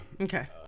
Okay